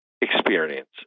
experience